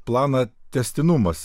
planą tęstinumas